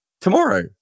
tomorrow